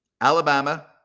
Alabama